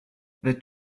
the